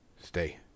Stay